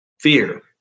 fear